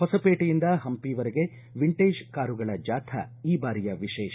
ಹೊಸಪೇಟೆಯಿಂದ ಹಂಪಿ ವರೆಗೆ ವಿಂಟೇಜ್ ಕಾರುಗಳ ಜಾಥಾ ಈ ಬಾರಿಯ ವಿಶೇಷ